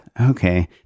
Okay